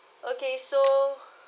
okay so